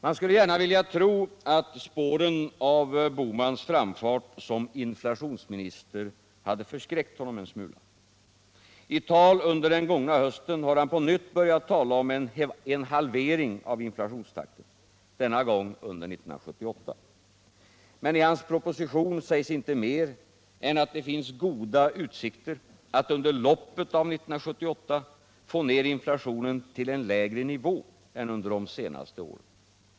Man skulle gärna vilja tro att spåren av herr Bohmans framfart som inflationsminister hade förskräckt honom en smula. I tal under den gångna hösten har han på nytt börjat orda om en halvering av inflationstakten, denna gång under 1978. Men i hans proposition sägs inte mer än att det finns goda utsikter att under loppet av 1978 få ner inflationen till en lägre nivå än under de senaste åren.